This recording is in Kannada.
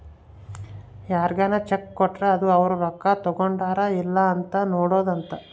ಯಾರ್ಗನ ಚೆಕ್ ಕೊಟ್ರ ಅದು ಅವ್ರ ರೊಕ್ಕ ತಗೊಂಡರ್ ಇಲ್ಲ ಅಂತ ನೋಡೋದ ಅಂತ